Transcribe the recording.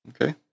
okay